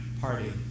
party